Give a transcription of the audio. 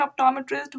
optometrist